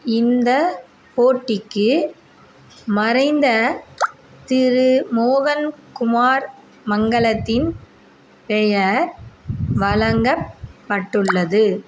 இந்தப் போட்டிக்கு மறைந்த திரு மோகன் குமார் மங்களத்தின் பெயர் வழங்கப்பட்டுள்ளது